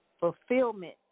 Fulfillment